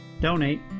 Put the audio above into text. Donate